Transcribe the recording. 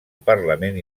parlament